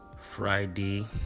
friday